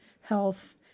health